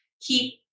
keep